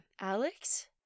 Alex